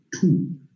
Two